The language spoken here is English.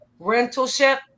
rentalship